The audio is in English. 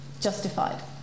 justified